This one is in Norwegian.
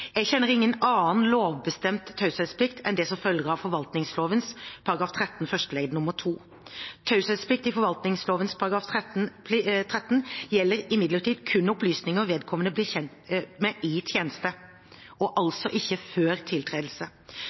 Jeg kjenner ingen annen lovbestemt taushetsplikt enn den som følger av forvaltningsloven § 13 første ledd nr. 2. Taushetsplikten i forvaltningsloven § 13 gjelder imidlertid kun opplysninger vedkommende blir kjent med i tjenesten, og altså ikke før tiltredelse.